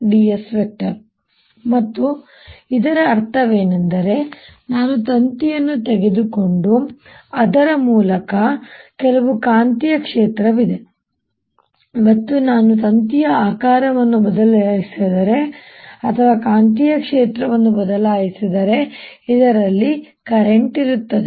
ds ಮತ್ತು ಇದರ ಅರ್ಥವೇನೆಂದರೆ ನಾನು ತಂತಿಯನ್ನು ತೆಗೆದುಕೊಂಡು ಅದರ ಮೂಲಕ ಕೆಲವು ಕಾಂತೀಯ ಕ್ಷೇತ್ರವಿದೆ ಮತ್ತು ನಾನು ತಂತಿಯ ಆಕಾರವನ್ನು ಬದಲಾಯಿಸಿದರೆ ಅಥವಾ ಕಾಂತೀಯ ಕ್ಷೇತ್ರವನ್ನು ಬದಲಾಯಿಸಿದರೆ ಇದರಲ್ಲಿ ಕರೆಂಟ್ ಇರುತ್ತದೆ